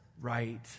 right